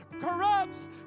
corrupts